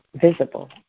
visible